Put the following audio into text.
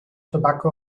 tobacco